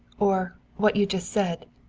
or what you just said.